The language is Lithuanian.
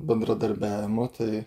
bendradarbiavimo tai